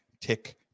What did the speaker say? tick